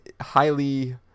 highly